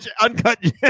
Uncut